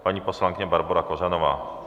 Paní poslankyně Barbora Kořanová.